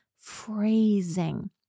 phrasing